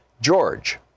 george